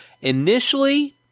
initially